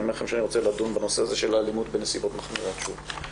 רוצה לדון בנושא הזה של אלימות בנסיבות מחמירות שוב.